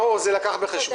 ברור, זה יילקח בחשבון.